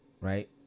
Right